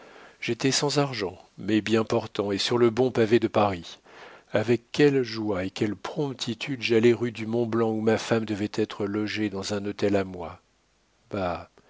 j'étais sans argent mais bien portant et sur le bon pavé de paris avec quelle joie et quelle promptitude j'allai rue du mont-blanc où ma femme devait être logée dans un hôtel à moi